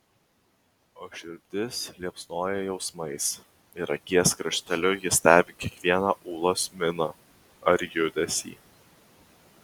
o širdis liepsnoja jausmais ir akies krašteliu jis stebi kiekvieną ūlos miną ar judesį